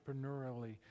entrepreneurially